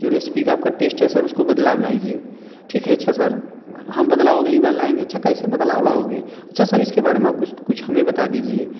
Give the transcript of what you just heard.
जो रेसिपी का आपका टेश्ट है सर उसमें बदलाव लाइए ठीक है अच्छा सर हम बदलाव अगली बार लाएंगे अच्छा कैसे बदलाव लाओगे अच्छा सर इसके बारे में आप कुछ कुछ हमें बता दीजिए